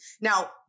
Now